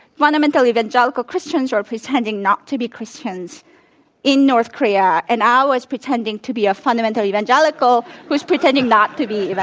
fundamental evangelical christians are pretending not to be christians in north korea, and i was pretending to be a fundamental evangelical who is pretending not to be